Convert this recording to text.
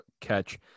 catch